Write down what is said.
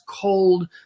cold